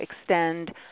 extend